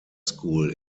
school